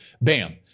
bam